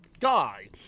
guy